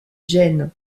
gênes